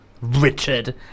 Richard